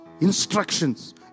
Instructions